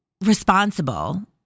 responsible